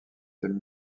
thème